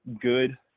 good